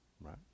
Right